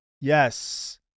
Yes